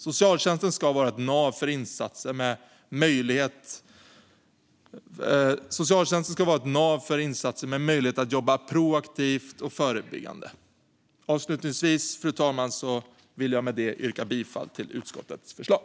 Socialtjänsten ska vara ett nav för insatser med möjlighet att jobba proaktivt och förebyggande. Avslutningsvis, fru talman, vill jag yrka bifall till utskottets förslag.